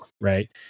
right